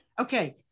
Okay